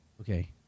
Okay